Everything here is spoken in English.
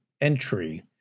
entry